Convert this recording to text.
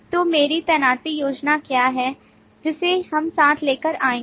तो मेरी तैनाती योजना क्या है जिसे हम साथ लेकर आएंगे